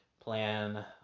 plan